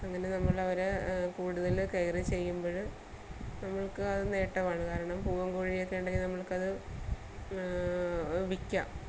അങ്ങനെ നമ്മൾ അവരെ കൂടുതൽ കെയറ് ചെയ്യുമ്പോൾ നമ്മൾക്ക് അത് നേട്ടമാണ് കാരണം പൂവങ്കോഴിയൊക്കെ ഉണ്ടെങ്കിൽ നമ്മൾക്ക് അത് വിൽക്കാം